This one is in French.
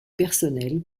personnel